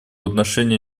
отношение